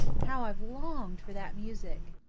how i've longed for that music!